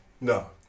No